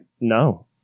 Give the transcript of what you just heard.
no